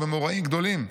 ובמוראים גדולים",